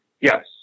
Yes